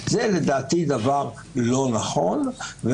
זה לדעתי דבר לא נכון.